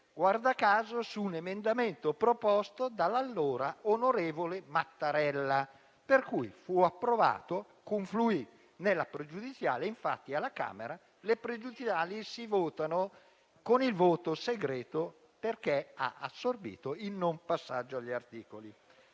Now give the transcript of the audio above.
l'approvazione di un emendamento proposto dall'allora onorevole Mattarella cosicché l'istituto confluì nella pregiudiziale. Infatti, alla Camera le pregiudiziali si votano con il voto segreto perché hanno assorbito il non passaggio agli articoli.